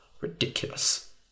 Ridiculous